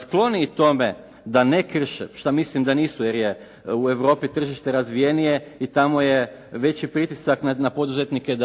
skloniji tome da ne krše, što mislim da nisu jer je u Europi tržište razvijenije i tamo je veći pritisak na poduzetnike